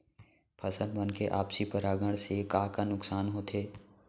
फसल मन के आपसी परागण से का का नुकसान होथे?